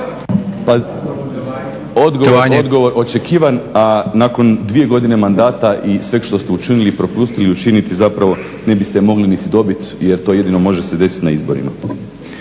Odgovor očekivan. A nakon dvije godine mandata i svega što ste učinili i propustili učiniti zapravo ne biste mogli niti dobiti jer to jedino može se desiti na izborima.